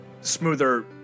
smoother